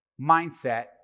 mindset